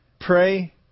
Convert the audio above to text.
pray